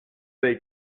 they